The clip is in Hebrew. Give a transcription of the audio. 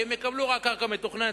כי הם יקבלו רק קרקע מתוכננת,